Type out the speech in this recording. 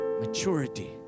maturity